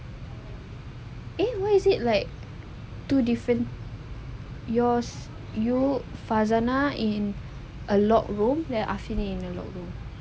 eh why is it like two different yours you fazanah in a lock room then I fill in the lock room